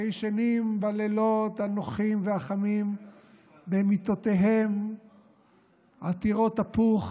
שישנים בלילות הנוחים והחמים במיטותיהם עתירות הפוך